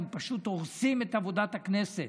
הם פשוט הורסים את עבודת הכנסת.